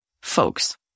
Folks